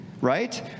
right